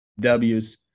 W's